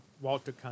Walter